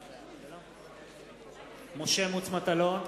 משה מטלון,